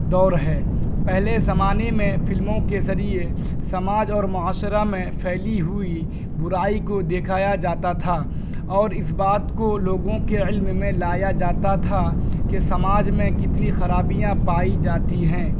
دور ہے پہلے زمانے میں فلموں کے ذریعے سماج اور معاشرہ میں پھیلی ہوئی برائی کو دکھایا جاتا تھا اور اس بات کو لوگوں کے علم میں لایا جاتا تھا کہ سماج میں کتنی خرابیاں پائی جاتی ہیں